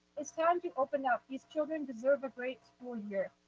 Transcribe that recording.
it's time to open up. these children deserve a great school year,